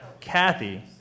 Kathy